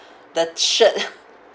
the shirt